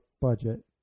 budget